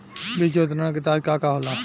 बीज योजना के तहत का का होला?